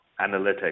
analytics